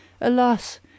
Alas